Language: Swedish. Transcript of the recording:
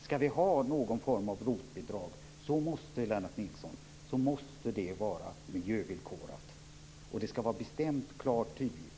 Skall vi ha någon form av ROT-bidrag, Lennart Nilsson, måste det vara bestämt, klart och tydligt miljövillkorat.